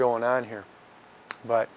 going on here but